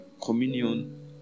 communion